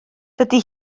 dydi